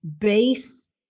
base